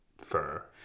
fur